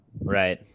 right